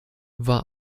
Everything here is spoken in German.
war